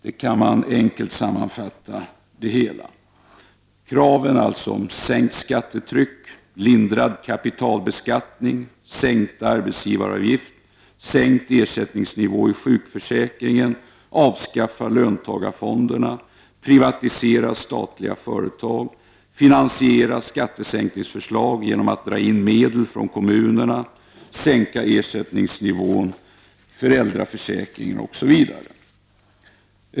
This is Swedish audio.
Så kan man enkelt sammanfatta det hela. Moderaternas krav gäller sänkt skattetryck, lindrad kapitalbeskattning, sänkt arbetsgivaravgift, sänkt ersättningsnivå i sjukförsäkringen, ett avskaffande av löntagarfonderna, privatisering av statliga företag, att skattesänkningar finansieras genom att medel dras in från kommunerna, en sänkning av ersättningsnivån i föräldraförsäkringen, osv.